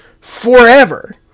forever